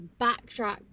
backtrack